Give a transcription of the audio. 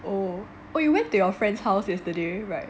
oh oh you went to your friend's house yesterday [right]